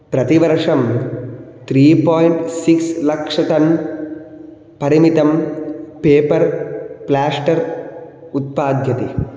प्रतिवर्षं त्रि point six लक्षटन् परिमितं पेपर् प्लास्टर् उत्पाद्यते